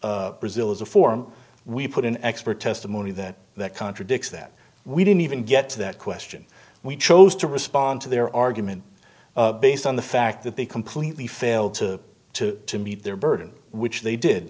of brazil as a form we put in expert testimony that that contradicts that we didn't even get to that question we chose to respond to their argument based on the fact that they completely failed to to meet their burden which they did